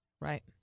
Right